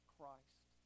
Christ